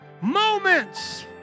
Moments